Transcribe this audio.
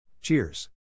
Cheers